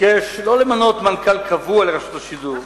לא למנות מנכ"ל קבוע לרשות השידור,